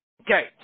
Okay